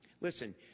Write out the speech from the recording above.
Listen